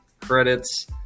credits